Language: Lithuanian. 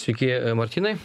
sveiki martynai